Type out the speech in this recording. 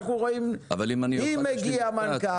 אם מגיע מנכ"ל,